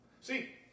See